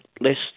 list